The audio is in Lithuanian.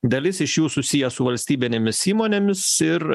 dalis iš jų susiję su valstybinėmis įmonėmis ir